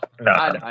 no